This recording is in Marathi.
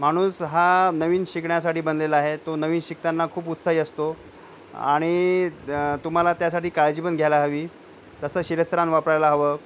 माणूस हा नवीन शिकण्यासाठी बनलेला आहे तो नवीन शिकताना खूप उत्साही असतो आणि तुम्हाला त्यासाठी काळजी पण घ्यायला हवी तसं शिरस्त्राण वापरायला हवं